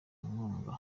inkunga